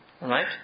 Right